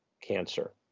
cancer